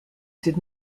did